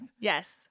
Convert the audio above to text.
Yes